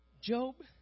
Job